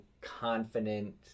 confident